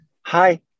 Hi